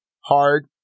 hard